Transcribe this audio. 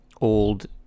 old